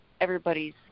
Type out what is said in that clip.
everybody's